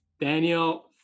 Daniel